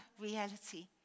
reality